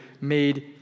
made